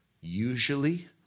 Usually